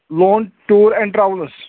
loan tour and travels